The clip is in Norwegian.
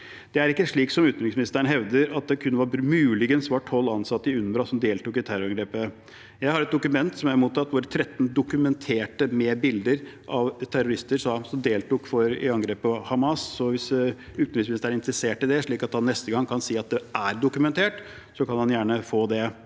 Det er ikke slik som utenriksministeren hevder, at det kun muligens var tolv ansatte i UNRWA som deltok i terrorangrepet. Jeg har et dokument jeg har mottatt, hvor 13 er dokumentert – med bilder av terrorister som deltok i angrepet for Hamas. Hvis utenriksministeren er interessert i det, slik at han neste gang kan si at det er dokumentert, kan han gjerne få det.